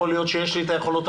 יכול להיות שיש לי היכולות,